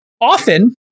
Often